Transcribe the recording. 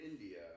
India